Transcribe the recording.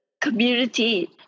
community